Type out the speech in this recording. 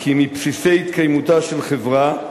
כי מבסיסי התקיימותה של חברה,